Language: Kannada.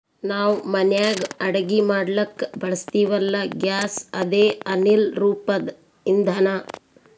ನಾವ್ ಮನ್ಯಾಗ್ ಅಡಗಿ ಮಾಡ್ಲಕ್ಕ್ ಬಳಸ್ತೀವಲ್ಲ, ಗ್ಯಾಸ್ ಅದೇ ಅನಿಲ್ ರೂಪದ್ ಇಂಧನಾ